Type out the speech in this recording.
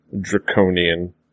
draconian